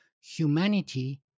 humanity